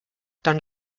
dann